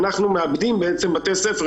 ואנחנו מאבדים בתי ספר.